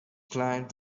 climbed